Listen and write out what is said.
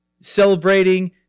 celebrating